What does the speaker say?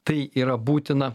tai yra būtina